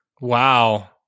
Wow